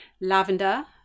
lavender